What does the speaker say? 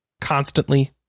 constantly